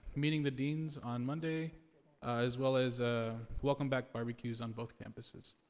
meeting the deans on monday as well as ah welcome back barbecues on both campuses.